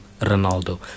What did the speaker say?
Ronaldo